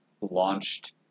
launched